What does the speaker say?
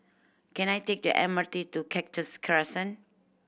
can I take the M R T to Cactus Crescent